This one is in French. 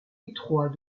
étroit